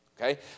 Okay